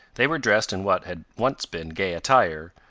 they were dressed in what had once been gay attire,